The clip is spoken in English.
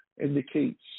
indicates